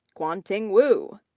kuan-ting wu,